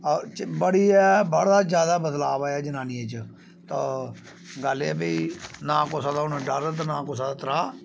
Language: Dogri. बड़ी गै बड़ा ज्यादा बदलाव आया जनानियें च तो गल्ल ऐ एह् भई ना हून कुसै दा डर ते ना कुसै दा त्राह्